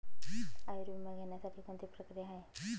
आयुर्विमा घेण्यासाठी कोणती प्रक्रिया आहे?